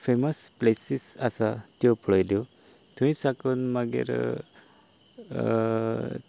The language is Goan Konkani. फेमस प्लेसीस आसा त्यो पळयल्यो थंय साकून मागीर